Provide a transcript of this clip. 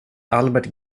albert